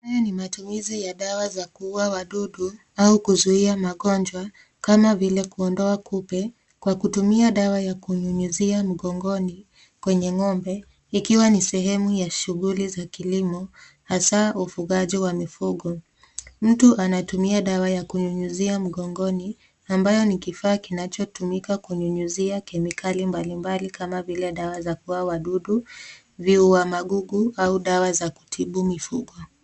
Haya ni matumizi ya dawa za kuua wadudu au kuzuia magonjwa, kama vile kuondoa kupe kwa kutumia dawa ya kunyunyizia mgongoni kwenye ng'ombe, ikiwa ni sehemu ya shughuli za kilimo, hasa ufugaji wa mifugo. Mtu anatumia dawa ya kunyunyizia mgongoni, ambayo ni kifaa kinachotumika kunyunyizia kemikali mbalimbali kama vile dawa za kuua wadudu, viua magugu au dawa za kutibu mifugo.